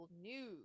news